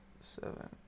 seven